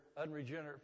unregenerate